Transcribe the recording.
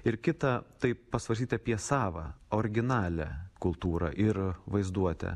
ir kita tai pasvarstyti apie savą originalią kultūrą ir vaizduotę